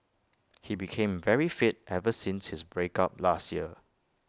he became very fit ever since his break up last year